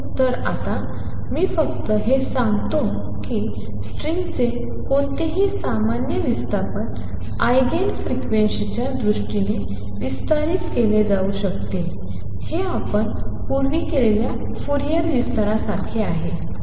तर आता मी फक्त हे सांगतो की स्ट्रिंगचे कोणतेही सामान्य विस्थापन आयगेन फंक्शन्सच्या दृष्टीने विस्तारित केले जाऊ शकते हे आपण पूर्वी केलेल्या फूरियर विस्तारासारखे आहे